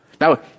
Now